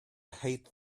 hate